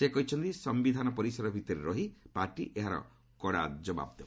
ସେ କହିଛନ୍ତି ସମ୍ଭିଧାନ ପରିସର ଭିତରେ ରହି ପାର୍ଟି ଏହା କଡା ଜବାବ ଦେବ